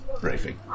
briefing